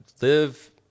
live